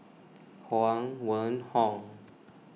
Huang Wenhong